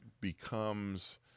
becomes